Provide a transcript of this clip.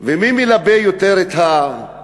ומי מלבה את היצרים?